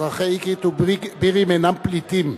אזרחי אקרית ובירעם אינם פליטים,